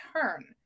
turn